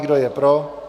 Kdo je pro?